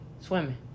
swimming